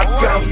go